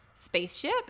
spaceship